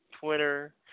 Twitter